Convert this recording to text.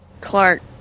Clark